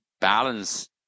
balance